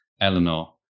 Eleanor